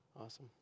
Awesome